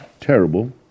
terrible